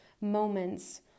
moments